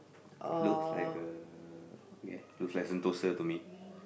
looks like a ya looks like Sentosa to me